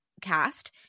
cast